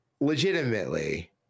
legitimately